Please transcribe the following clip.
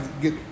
get